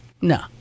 No